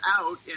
out